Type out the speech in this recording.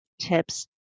tips